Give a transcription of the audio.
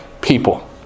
people